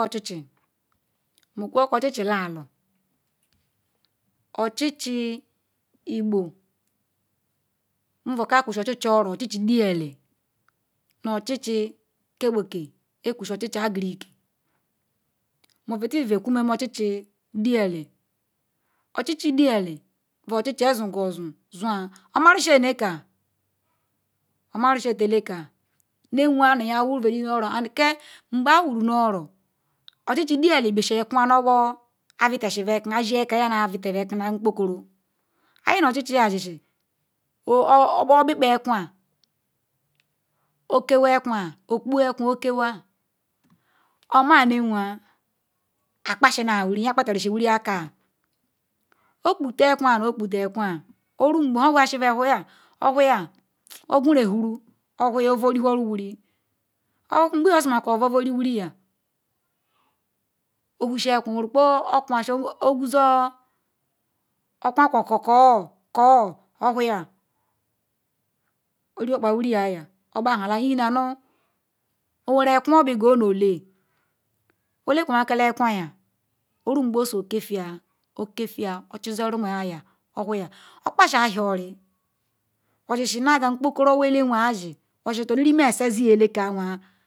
Ochichi, nme-okuoka ochichi Lanu Ochichi igbo nvukaokusi ochichi oro ochichi diali nu ochichi ke gbekee kevekusi ochichi agni rie nmeveterbe kumenme ke ochichi diali ochichi diali bu ochichi vezuguozu zua, omarusia nyekur omarusitor elekayi. Nnewanua nu-ya-nwauv yi-de-nu-oro and ki ngbe awuro nu oro ochichi diali bisi akwa nu-owor abitazivekwu iya eku yaha abitazi vekwu na nkpokoro ayi-nu ochichi zizi obikpa ekwa okewaekwa opu-ekwa okwa omanewea akpasinawuri ya kpatasinu wuri aka oputa ekwa ha-oputee ekwa orungbe nhu owuyasi bu owuyia ogwu yehuru ohuyia ova berihuru wuri ngbehan ozirmako obia berihuru wuriyam ovusiekwa oweru kpo okusasi ovuzuo okwa kokokoo muhuyia, orukpa wuriyam ogbaha ogbahala ihena nu oweru ekwa obigu olele. ole kpamakala ekwayam oro-egbe osu-eke fiyia okpaza ejor-ori. ozizi nu aga nkpokoro owu ele nweasi ozizitor mme eziziyam elekewea.